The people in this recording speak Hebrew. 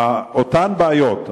אותן בעיות,